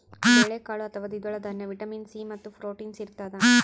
ಬೇಳೆಕಾಳು ಅಥವಾ ದ್ವಿದಳ ದಾನ್ಯ ವಿಟಮಿನ್ ಸಿ ಮತ್ತು ಪ್ರೋಟೀನ್ಸ್ ಇರತಾದ